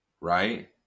Right